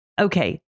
Okay